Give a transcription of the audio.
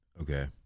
Okay